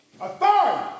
Authority